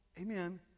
amen